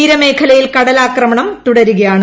തീരമേഖലയിൽ കടലാക്രമണം തുടരുകയാണ്